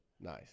Nice